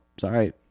sorry